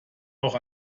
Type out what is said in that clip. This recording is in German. auch